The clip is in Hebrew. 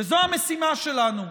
זו המשימה שלנו.